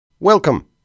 Welcome